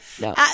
No